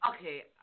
Okay